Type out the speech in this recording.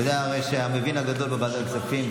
אתה יודע הרי שהוא המבין הגדול בוועדת הכספים,